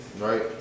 right